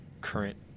current